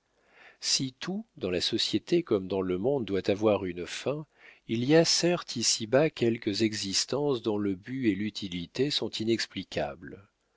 si tout dans la société comme dans le monde doit avoir une fin il y a certes ici-bas quelques existences dont le but et l'utilité sont inexplicables